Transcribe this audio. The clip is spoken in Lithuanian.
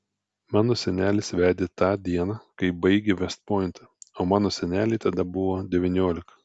mano senelis vedė tą dieną kai baigė vest pointą o mano senelei tada buvo devyniolika